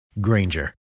Granger